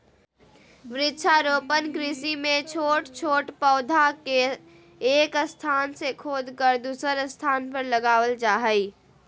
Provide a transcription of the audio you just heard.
वृक्षारोपण कृषि मे छोट छोट पौधा के एक स्थान से खोदकर दुसर स्थान पर लगावल जा हई